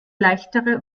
leichtere